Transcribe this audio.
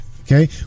okay